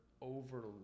over